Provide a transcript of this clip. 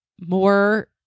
more